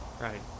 Right